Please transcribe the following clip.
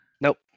Nope